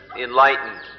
enlightened